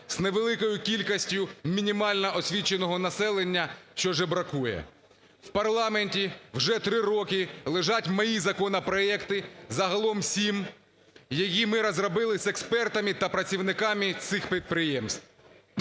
з невеликою кількістю мінімально освіченого населення, що жебракує. В парламенті вже три роки лежать мої законопроекти, загалом сім, які ми розробили з експертами та працівниками цих підприємств.